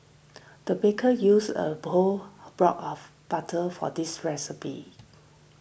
the baker used a whole block of butter for this recipe